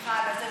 סליחה על זה,